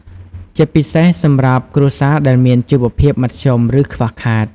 ជាពិសេសសម្រាប់គ្រួសារដែលមានជីវភាពមធ្យម ឬខ្វះខាត។